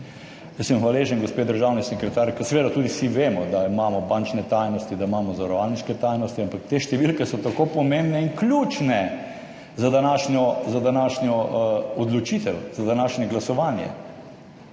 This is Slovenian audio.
Jaz sem hvaležen gospe državni sekretarki, seveda tudi vsi vemo, da imamo bančne tajnosti, da imamo zavarovalniške tajnosti, ampak te številke so tako pomembne in ključne za današnjo odločitev, za današnje glasovanje.